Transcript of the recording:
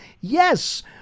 Yes